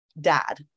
dad